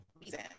reason